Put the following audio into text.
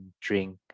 drink